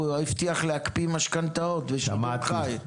הוא הבטיח להקפיא משכנתאות, בשידור חי.